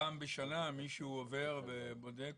פעם בשנה או פעם בעשר שנים, מישהו עובר או בודק?